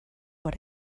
what